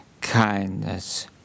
kindness